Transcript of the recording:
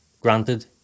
Granted